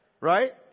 Right